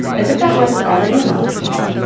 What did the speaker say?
as if that wasn't already a mouthful,